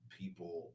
people